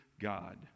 God